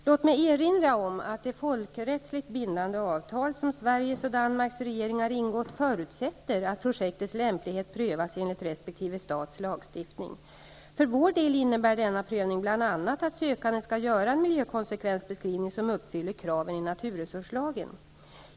Låt mig erinra om att det folkrättsligt bindande avtal som Sveriges och Danmarks regeringar ingått förutsätter att projektets lämplighet prövas enligt resp. stats lagstiftning. För vår del innebär denna prövning bl.a. att sökanden skall göra en miljökonsekvensbeskrivning som uppfyller kraven i naturresurslagen.